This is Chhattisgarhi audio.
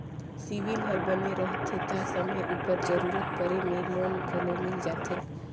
सिविल हर बने रहथे ता समे उपर जरूरत परे में लोन घलो मिल जाथे